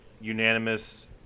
unanimous